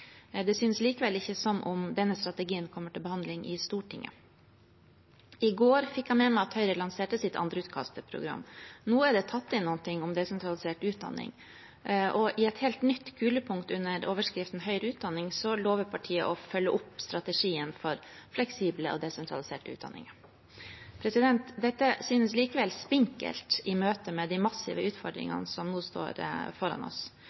Det synes likevel ikke som om denne strategien kommer til behandling i Stortinget. I går fikk jeg med meg at Høyre lanserte sitt andreutkast til program. Nå er det tatt inn noe om desentralisert utdanning, og i et helt nytt kulepunkt under overskriften «Høyere utdanning» lover partiet å følge opp strategien for fleksibel og desentralisert utdanning. Dette synes likevel spinkelt i møte med de massive utfordringene som nå står foran oss.